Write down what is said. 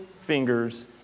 fingers